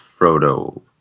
Frodo